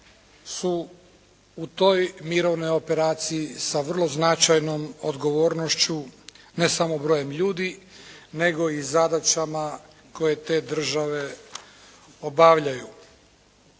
su u toj mirovnoj operaciji sa vrlo značajnom odgovornošću ne samo brojem ljudi nego i zadaćama koje te države obavljaju.